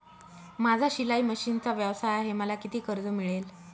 माझा शिलाई मशिनचा व्यवसाय आहे मला किती कर्ज मिळेल?